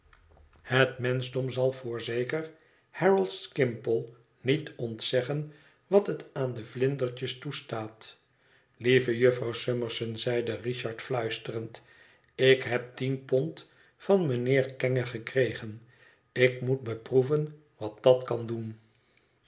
het menschdom zal voorzeker harold skimpole niet ontzeggen wat het aan de vlindertjes toestaat lieve jufvrouw summerson zeide richard fluisterend ik heb tien pond van mijnheer kenge gekregen ik moet beproeven wat dat kan doen